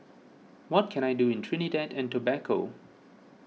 what can I do in Trinidad and Tobago